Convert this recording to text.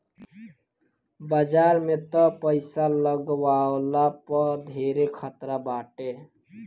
बाजार में तअ पईसा लगवला पअ धेरे खतरा बाटे